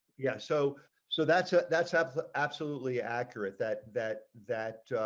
yeah so so that's ah that's have absolutely accurate that that that